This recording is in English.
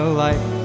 life